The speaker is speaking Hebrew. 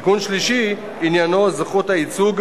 התיקון השלישי עניינו זכות הייצוג.